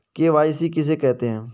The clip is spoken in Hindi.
के.वाई.सी किसे कहते हैं?